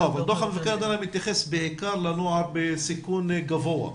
אבל דוח המבקר מתייחס בעיקר לנוער בסיכון גבוה.